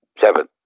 Seven